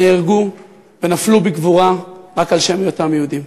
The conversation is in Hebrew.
נהרגו ונפלו בגבורה רק על שום היותם יהודים.